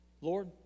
Lord